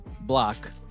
block